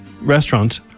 restaurant